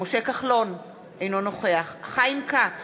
משה כחלון, אינו נוכח חיים כץ,